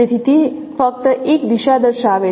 તેથી તે ફક્ત એક દિશા દર્શાવે છે